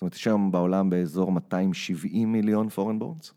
זאת אומרת, יש היום בעולם באזור 270 מיליון פורנבורדס.